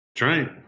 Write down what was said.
right